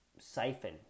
siphon